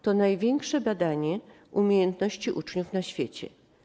To największe badanie umiejętności uczniów na świecie.